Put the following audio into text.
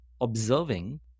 observing